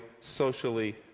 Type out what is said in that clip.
socially